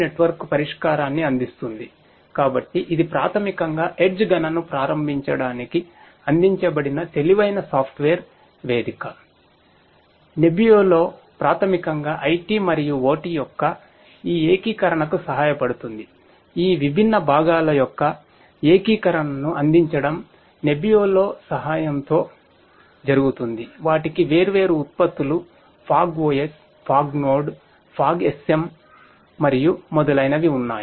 nebbiolo మరియు మొదలైనవి ఉన్నాయి